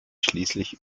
schließlich